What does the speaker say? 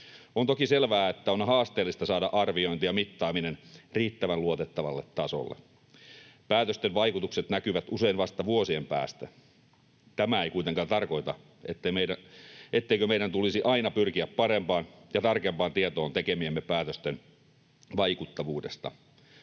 On toki selvää, että on haasteellista saada arviointi ja mittaaminen riittävän luotettavalle tasolle. Päätösten vaikutukset näkyvät usein vasta vuosien päästä. Tämä ei kuitenkaan tarkoita, etteikö meidän tulisi aina pyrkiä parempaan ja tarkempaan tietoon tekemiemme päätösten vaikuttavuudesta.